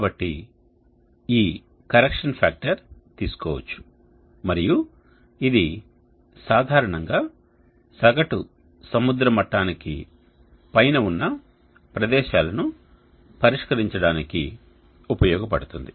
కాబట్టి ఈ దిద్దుబాటు కారకాన్ని తీసుకోవచ్చు మరియు ఇది సాధారణంగా సగటు సముద్ర మట్టానికి పైన ఉన్న ప్రదేశాలను పరిష్క రించడానికి ఉపయోగించబడుతుంది